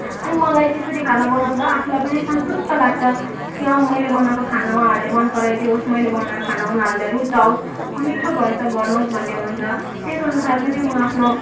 अनि मलाई त्यसरी खाना बनाउँदा आफुलाई पनि सन्तुष्ट लाग्छ कि अँ मैले बनाएको खाना उहाँहरूले मन पराइदियोस मैले बनाएको खाना उनीहरूले रुचाओस मिठो भएछ भनोस भन्ने हुन्छ त्यस अनुसार पनि म आफ्नो